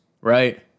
right